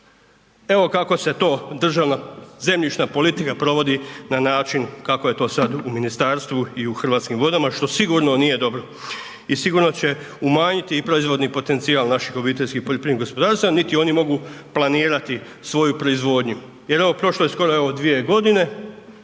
Evo kako se to državna zemljišta politika provodi na način kako je to sad u ministarstvu i u Hrvatskim vodama, što sigurno nije dobro i sigurno će umanjiti i proizvodni potencijal naših obiteljskih poljoprivrednih gospodarstava, niti oni mogu planirati svoju proizvodnju jer ovo prošlo je skoro evo 2.g.